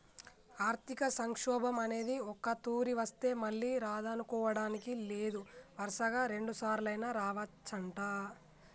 ఆర్థిక సంక్షోభం అనేది ఒక్కతూరి వస్తే మళ్ళీ రాదనుకోడానికి లేదు వరుసగా రెండుసార్లైనా రావచ్చంట